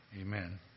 Amen